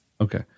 Okay